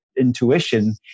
intuition